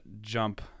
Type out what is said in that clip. jump